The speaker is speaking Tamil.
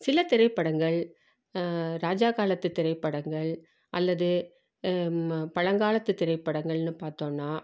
சில திரைப்படங்கள் ராஜா காலத்து திரைப்படங்கள் அல்லது பழங்காலத்து திரைப்படங்கள்னு பார்த்தோம்னா